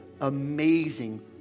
amazing